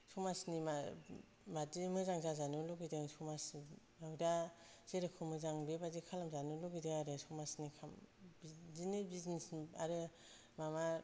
समाजनि मा बादि मोजां जाजानो लुगैदों समाजजों दा जिरखम मोजां बेबादि खालामजानो लुबैदों आरो समाजनि खामानि बिदिनो बिजनेसजों आरो माबा